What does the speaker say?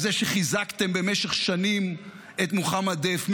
על זה שחיזקתם במשך שנים את מוחמד דף.